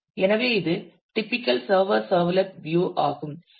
எனவே இது typical server servlet view ஆகும்